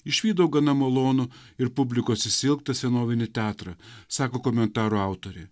išvydau gana malonų ir publikos išsiilgtą senovinį teatrą sako komentaro autorė